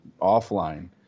offline